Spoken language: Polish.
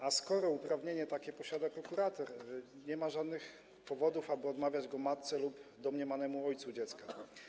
A skoro takie uprawnienie posiada prokurator, nie ma żadnych powodów, aby odmawiać go matce lub domniemanemu ojcu dziecka.